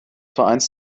vereins